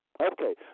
Okay